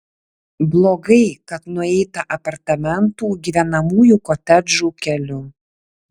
blogai kad nueita apartamentų gyvenamųjų kotedžų keliu